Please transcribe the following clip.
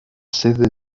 sede